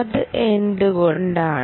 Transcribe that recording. അത് എന്തുകൊണ്ടാണ്